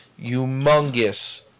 humongous